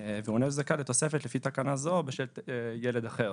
והוא אינו זכאי לתוספת לפי תקנה זו בשל ילד אחר,